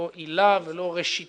לא עילה ולא ראשיתה,